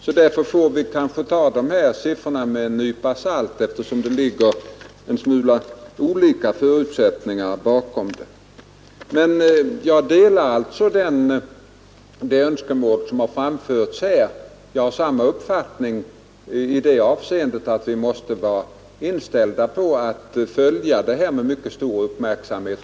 Vi får kanske därför ta dessa siffror med en nypa salt, eftersom bakom dem ligger en del olika förutsättningar. Men jag delar det önskemål som här framförts. Jag har samma uppfattning, att vi måste vara inställda på att följa denna fråga med stor uppmärksamhet.